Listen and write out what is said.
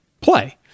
play